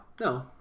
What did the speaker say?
No